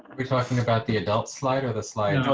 we're talking about the adult slider the slide.